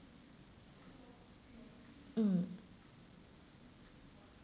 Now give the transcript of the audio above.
mm